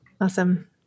Awesome